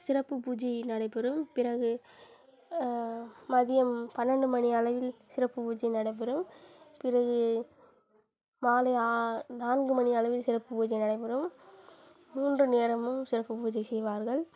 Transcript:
சிறப்புப் பூஜை நடைபெறும் பிறகு மதியம் பன்னெண்டு மணி அளவில் சிறப்பு பூஜை நடைபெறும் பிறகு மாலை நான்கு மணி அளவில் சிறப்பு பூஜை நடைபெறும் மூன்று நேரமும் சிறப்பு பூஜை செய்வார்கள்